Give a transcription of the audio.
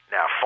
Now